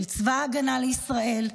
של צבא ההגנה לישראל,